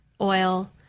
oil